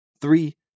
Three